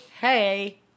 hey